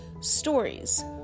stories